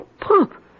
Pump